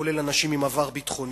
כולל אנשים עם עבר ביטחוני,